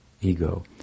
ego